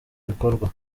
bikorwa